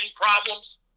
problems